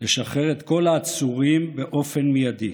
לשחרר את כל העצורים באופן מיידי.